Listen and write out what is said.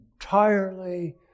entirely